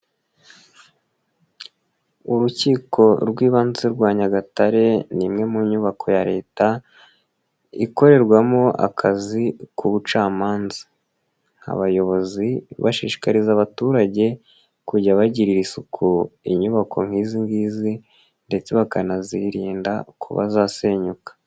Urukiko rw'ibanze rwa Nyagatare ni imwe mu nyubako ya Leta ikorerwamo akazi k'ubucamanza, nk'abayobozi bashishikariza abaturage kujya bagirira isuku inyubako nk'izi ngizi ndetse bakanazirinda kuba zasenyuka.